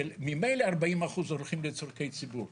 כאשר ממילא 40% הולכים לצרכי ציבור.